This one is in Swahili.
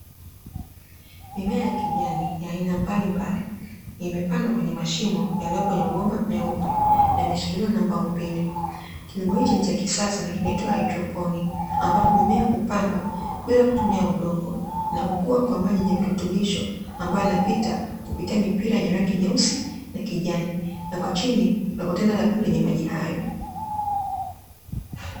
Mimea ya kijani ya aina mbalimbali imepandwa kwenye mashimo yaliyopo kwenye mabomba meupe, yameshikiliwa na mbao mbili. Kilimo hiki ni cha kisasa na kinaitwa haidroponi, ambapo mimea hupandwa bila kutumia udongo na hukua kwa maji yenye virutubisho, ambayo yanapita kupitia mipira yenye rangi nyeusi na kijani na kwa chini kuna kontena la bluu lenye maji hayo.